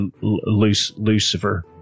Lucifer